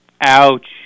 Ouch